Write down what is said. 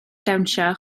dawnsio